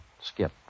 skip